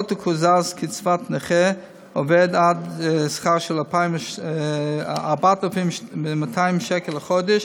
לא תקוזז קצבת נכה עובד עד שכר של 4,200 שקל לחודש.